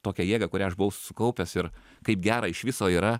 tokią jėgą kurią aš buvau sukaupęs ir kaip gera iš viso yra